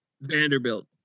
Vanderbilt